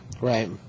Right